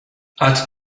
add